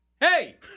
Hey